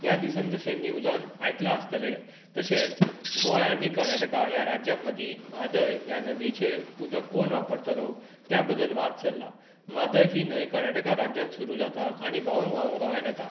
ह्या दिसांन न्यूजान आयकलां आसतले तशेंच गोंय आनी कर्नाटका ह्या राज्यांमदी म्हादय ह्या नदीचे उदक कोण वापरतलो त्या बद्दल वाद चल्ला म्हादय ही न्हय कर्नाटकान राज्यांत सुरू जाता आनी व्हांवून व्हांवून गोंयांत येता